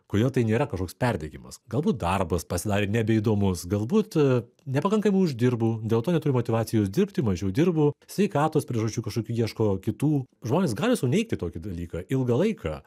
kodėl tai nėra kažkoks perdegimas galbūt darbas pasidarė nebeįdomus galbūt nepakankamai uždirbu dėl to neturi motyvacijos dirbti mažiau dirbu sveikatos priežasčių kažkokių ieško kitų žmonės gali suteikti tokį dalyką ilgą laiką